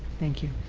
thank you.